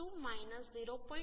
2 0